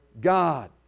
God